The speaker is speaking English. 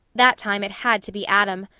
that time it had to be adam,